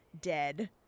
dead